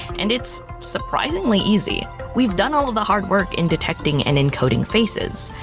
and it's surprisingly easy. we've done all of the hard work in detecting and encoding faces.